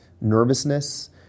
nervousness